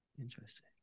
Interesting